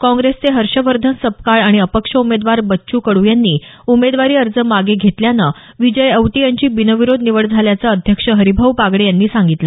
काँग्रेसचे हर्षवर्धन सपकाळ आणि अपक्ष उमेदवार बच्चू कडू यांनी उमेदवारी अर्ज मागे घेतल्यानं विजय औटी यांची बिनविरोध निवड झाल्याचं अध्यक्ष हरीभाऊ बागडे यांनी सांगितलं